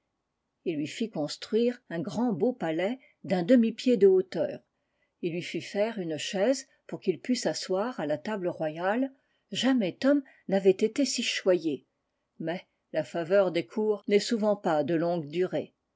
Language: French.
il lui ht construire ungrand beau palais d'un demipied de hauteur illuifitfaire une chaise pour qu'il pût asseoir à la table royale jamais tom n'avuit été si choyé mais la laveur des cours n'est souvent pas de longue durée